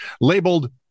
Labeled